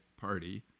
Party